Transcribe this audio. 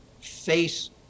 face